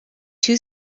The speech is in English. too